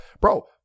bro